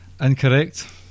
Incorrect